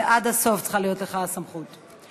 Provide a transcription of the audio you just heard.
צריכה להיות לך הסמכות עד הסוף.